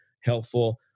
helpful